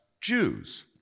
Jews